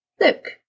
Look